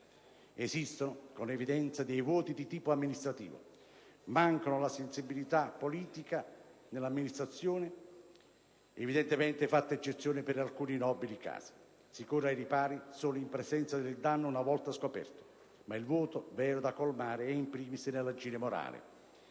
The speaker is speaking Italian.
Esistono, con evidenza, vuoti di tipo amministrativo; mancano le sensibilità nella politica e nell'amministrazione (evidentemente, fatta eccezione per alcuni, nobili casi). Si corre ai ripari solo in presenza del danno, una volta scoperto, ma il vuoto vero da colmare è, *in primis*, nell'agire morale.